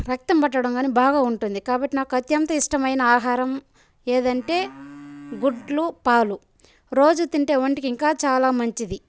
రక్తం పట్టడం గానీ బాగా ఉంటుంది కాబట్టి నాకు అత్యంత ఇష్టమైన ఆహారం ఏదంటే గుడ్లు పాలు రోజూ తింటే ఒంటికి ఇంకా చాలా మంచిది